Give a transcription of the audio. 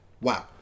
Wow